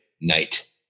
night